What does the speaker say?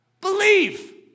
Believe